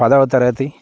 పదవ తరగతి